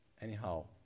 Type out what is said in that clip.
Anyhow